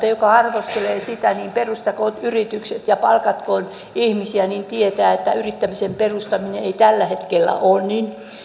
joka arvostelee sitä niin perustakoon yrityksen ja palkatkoon ihmisiä niin että tietää että yrityksen perustaminen ei tällä hetkellä ole niin helppoa kuin sitä arvostellaan